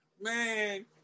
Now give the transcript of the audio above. man